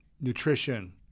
nutrition